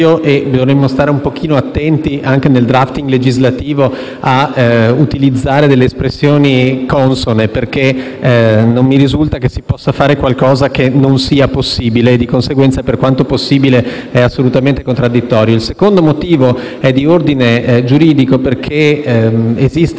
e dovremmo stare attenti, anche nel *drafting* legislativo, a utilizzare espressioni consone, perché non mi risulta che si possa fare qualcosa che non sia possibile; di conseguenza l'espressione «per quanto possibile» è assolutamente contraddittoria. Il secondo motivo è di ordine giuridico, perché esiste